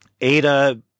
Ada